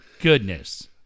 goodness